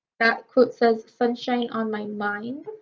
that quote says, sunshine on my mind.